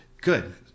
good